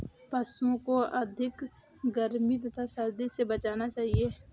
पशूओं को अत्यधिक गर्मी तथा सर्दी से बचाना चाहिए